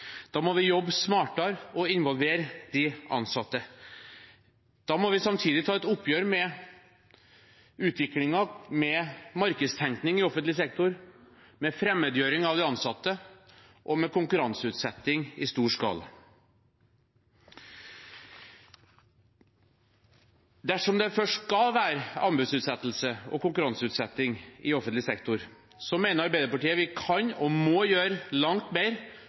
Da må vi jobbe smartere og involvere de ansatte. Da må vi samtidig ta et oppgjør med utviklingen med markedstenkning i offentlig sektor, med fremmedgjøring av de ansatte og med konkurranseutsetting i stor skala. Dersom det først skal være anbudsutsettelse og konkurranseutsetting i offentlig sektor, mener Arbeiderpartiet vi kan og må gjøre langt mer